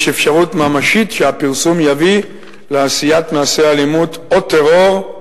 יש אפשרות ממשית" שהפרסום "יביא לעשיית מעשה אלימות או טרור".